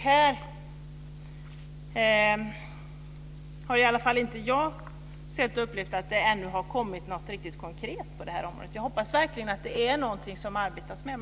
Jag har inte sett och upplevt att det har kommit något riktigt konkret på detta område, men jag hoppas verkligen att det finns något som man arbetar med.